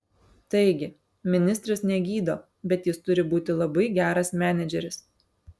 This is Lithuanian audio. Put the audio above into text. taigi ministras negydo bet jis turi būti labai geras menedžeris